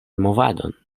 movadon